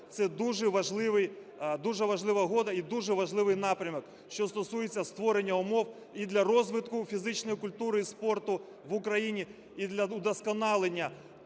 це дуже важлива угода і дуже важливий напрямок, що стосується створення умов і для розвитку фізичної культури і спорту в Україні, і для удосконалення